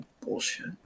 bullshit